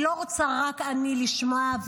אני לא רוצה רק אני לשמוע,